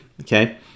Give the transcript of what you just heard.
Okay